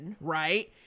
right